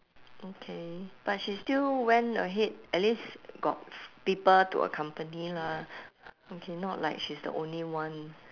okay but she still went ahead at least got people to accompany lah okay not like she's the only one